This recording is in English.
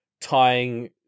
tying